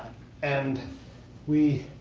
and we